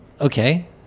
Okay